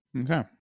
Okay